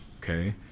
okay